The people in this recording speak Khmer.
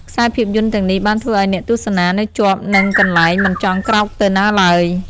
ខ្សែភាពយន្តទាំងនេះបានធ្វើឲ្យអ្នកទស្សនានៅជាប់នឹងកន្លែងមិនចង់ក្រោកទៅណាឡើយ។